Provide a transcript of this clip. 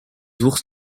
ours